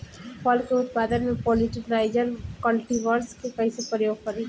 फल के उत्पादन मे पॉलिनाइजर कल्टीवर्स के कइसे प्रयोग करी?